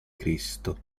cristo